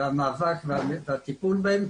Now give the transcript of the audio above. והמאבק והטיפול בהם,